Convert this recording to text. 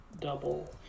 double